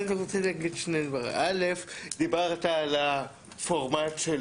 אני רוצה להגיד שני דברים: א', דיברת על הפורמט של